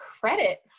credit